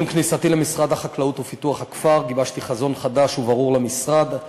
עם כניסתי למשרד החקלאות ופיתוח הכפר גיבשתי חזון חדש וברור למשרד: